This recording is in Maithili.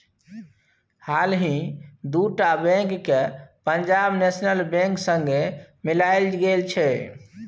हालहि दु टा बैंक केँ पंजाब नेशनल बैंक संगे मिलाएल गेल छै